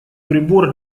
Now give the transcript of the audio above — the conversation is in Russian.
прибор